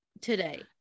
today